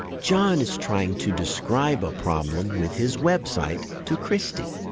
john is trying to describe a problem with his website to kristi.